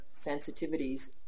sensitivities